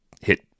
hit